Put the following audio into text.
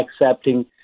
accepting